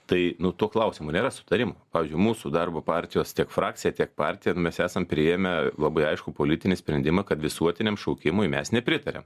tai nu to klausimo nėra sutarimo pavyzdžiui mūsų darbo partijos tiek frakcija tiek partiją mes esam priėmę labai aiškų politinį sprendimą kad visuotiniam šaukimui mes nepritariam